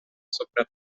sokra